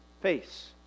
face